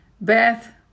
Beth